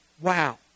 Wow